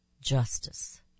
Justice